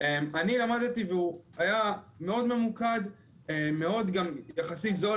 אני למדתי והוא היה מאוד ממוקד מאוד גם יחסית זול